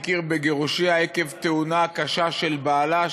הכיר בגירושיה עקב תאונה קשה של בעלה,